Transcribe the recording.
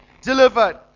delivered